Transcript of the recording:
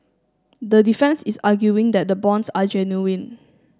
the defence is arguing that the bonds are genuine